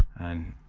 and